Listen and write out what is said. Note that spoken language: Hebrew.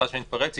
סליחה שאני מתפרץ,